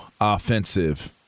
offensive